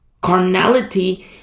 Carnality